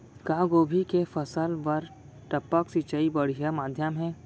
का गोभी के फसल बर टपक सिंचाई बढ़िया माधयम हे?